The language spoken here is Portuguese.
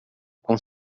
com